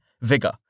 Vigor